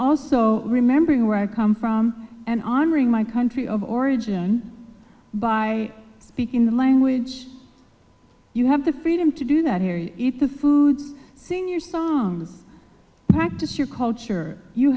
also remembering where i come from and honoring my country of origin by speaking the language you have the freedom to do that here you eat the foods sing your songs practice your culture you